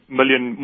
million